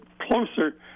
closer